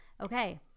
Okay